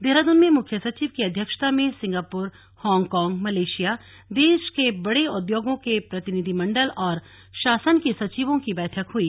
देहरादून में मुख्य सचिव की अध्यक्षता में सिंगापुर हांगकांग मलेशिया देश के बड़े उद्योगों के प्रतिनिधिमण्डल और शासन की सचिवों की बैठक हई